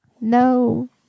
no